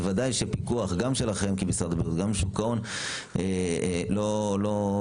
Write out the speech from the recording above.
זה ודאי שפיקוח גם שלכם כמשרד הבריאות וגם שוק ההון לא פועל.